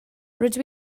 rydw